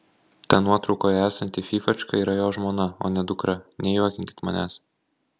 ta nuotraukoje esanti fyfačka yra jo žmona o ne dukra nejuokinkit manęs